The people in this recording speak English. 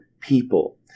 people